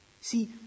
See